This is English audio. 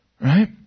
right